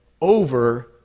Over